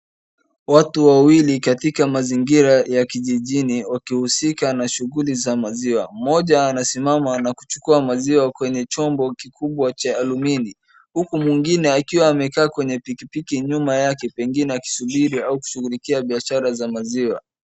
Watu wawili katika mazingira ya kijijini wakihusika na shughuli za maziwa. Mmoja anasimama na kuchukua maziwa kwenye chombo kikubwa cha aluminium huku mwingine akiwa amekaa kwenye pikipiki nyuma yake pengine akisubiri au kushughulikia biashara za maziwa.